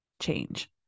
change